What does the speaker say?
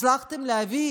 הצלחתם להביא